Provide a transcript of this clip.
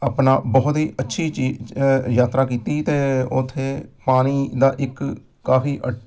ਆਪਣਾ ਬਹੁਤ ਹੀ ਅੱਛੀ ਝੀ ਯਾਤਰਾ ਕੀਤੀ ਅਤੇ ਉੱਥੇ ਪਾਣੀ ਦਾ ਇੱਕ ਕਾਫੀ ਅ